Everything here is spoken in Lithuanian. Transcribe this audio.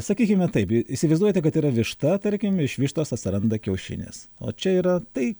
sakykime taip į įsivaizduojate kad yra višta tarkim iš vištos atsiranda kiaušinis o čia yra tai